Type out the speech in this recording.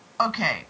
okay